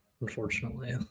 unfortunately